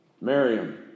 Miriam